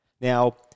Now